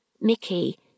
Mickey